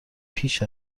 پیش